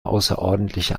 außerordentliche